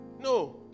no